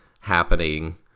happening